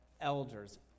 elders